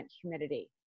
humidity